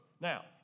Now